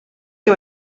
que